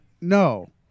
No